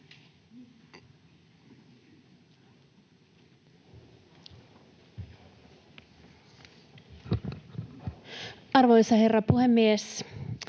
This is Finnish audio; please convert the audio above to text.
Arvoisa herra puhemies!